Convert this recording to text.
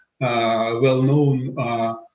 well-known